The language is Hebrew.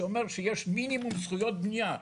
שאומר שיש מינימום זכויות בנייה.